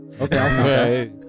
Okay